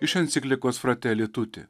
iš enciklikos frateli tuti